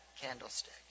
candlestick